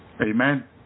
Amen